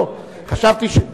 אפשר להתנגד?